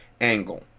angle